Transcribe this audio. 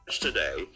Today